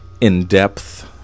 in-depth